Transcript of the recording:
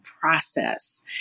process